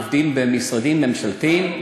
עובדים במשרדים ממשלתיים,